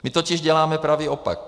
My totiž děláme pravý opak.